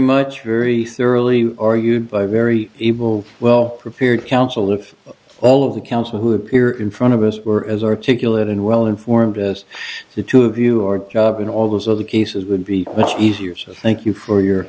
much very thoroughly or you very evil well prepared council of all of the council who appear in front of us were as articulate and well informed as the two of you or in all those other cases would be much easier so thank you for your